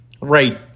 right